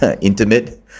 intimate